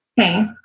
Okay